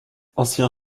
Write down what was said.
ancien